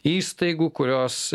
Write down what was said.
įstaigų kurios